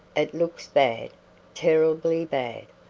it looks bad terribly bad.